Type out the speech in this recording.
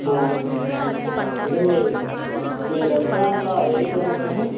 అంటే మీ మీ రెస్టారెంట్లో ఏది ఫేమస్ మ్యాడమ్